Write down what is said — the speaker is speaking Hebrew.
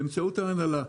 באמצעות ההנהלה.